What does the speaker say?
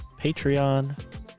patreon